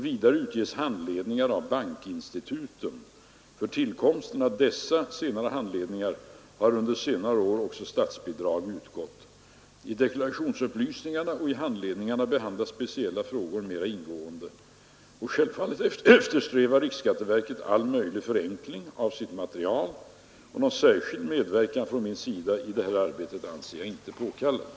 Vidare utges handledningar av bankinstituten. För tillkomsten av dessa handledningar har under senare år statsbidrag utgått. I deklarationsupplysningarna och handledningarna behandlas speciella frågor mer ingående. Självfallet eftersträvar riksskatteverket all möjlig förenkling av sitt material. Någon särskild medverkan från min sida i detta arbete anser jag inte påkallad.